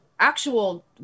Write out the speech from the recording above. actual